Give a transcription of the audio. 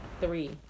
three